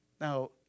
now